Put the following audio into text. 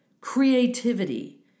Creativity